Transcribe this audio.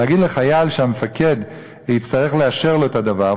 להגיד לחייל שהמפקד יצטרך לאשר לו את הדבר.